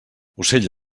ocell